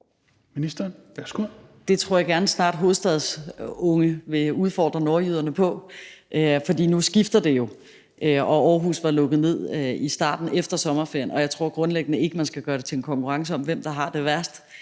Det tror jeg gerne snart hovedstadens unge vil udfordre nordjyderne på. For nu skifter det jo, og Aarhus var lukket ned i starten efter sommerferien. Jeg tror grundlæggende ikke, man skal gøre det til en konkurrence om, hvem der har det værst.